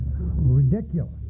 ridiculous